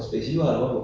the independence